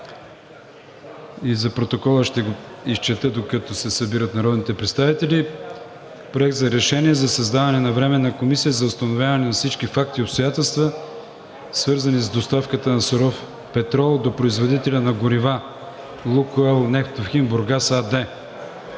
За протокола ще го изчета, докато се събират народните представители. „Проект! РЕШЕНИЕ за създаване на Временна комисия за установяване на всички факти и обстоятелства, свързани с доставката на суров петрол до производителя на горива „Лукойл Нефтохим Бургас“ АД